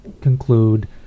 conclude